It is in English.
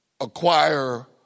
acquire